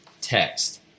text